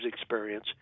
experience